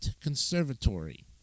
Conservatory